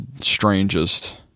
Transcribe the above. strangest